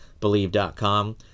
Believe.com